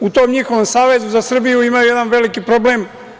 U tom njihovom Savezu za Srbiju ima jedan veliki problem.